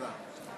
תודה.